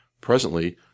Presently